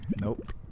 nope